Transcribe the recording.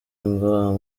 ngo